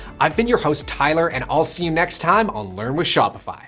i've been your host tyler, and i'll see you next time on learn with shopify.